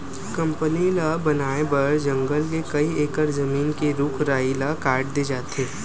company ल बनाए बर जंगल के कइ एकड़ जमीन के रूख राई ल काट दे जाथे